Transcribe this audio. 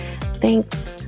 Thanks